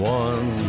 one